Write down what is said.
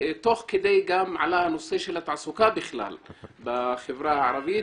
ותוך כדי עלה גם נושא התעסוקה בחברה הערבית,